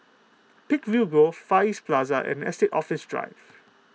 Peakville Grove Far East Plaza and Estate Office Drive